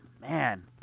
Man